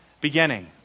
beginning